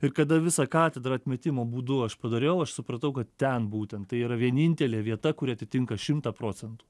ir kada visa katedra atmetimo būdu aš padariau aš supratau kad ten būtent tai yra vienintelė vieta kuri atitinka šimtą procentų